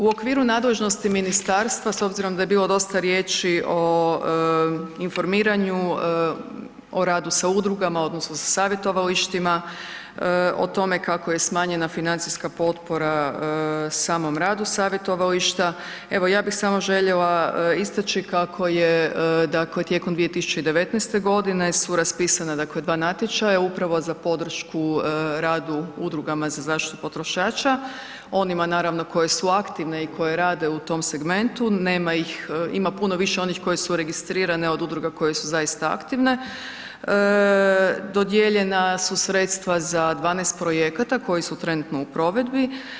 U okviru nadležnosti ministarstva, s obzirom da je bilo dosta riječi o informiranju, o radu sa udrugama odnosno sa savjetovalištima, o tome kako je smanjena financijska potpora samom radu savjetovališta, evo, ja bih samo željela istaći kako je dakle tijekom 2019. su raspisana dakle dva natječaja upravo za podršku radu udrugama za zaštitu potrošača, onima naravno koje su aktivne i koje rade u tom segmentu, nema ih, ima puno više onih koje su registrirane od udruga koje su zaista aktivne, dodijeljena su sredstva za 12 projekata koje su trenutno u provedbi.